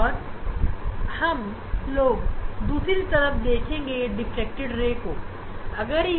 और हम लोग दूसरी तरफ डिफ्रैक्टेड रे को देखेंगे